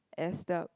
as the